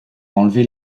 enlever